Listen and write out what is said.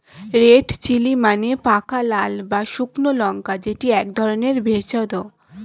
red chilli মানে পাকা লাল বা শুকনো লঙ্কা যেটি এক ধরণের ভেষজ